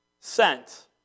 Sent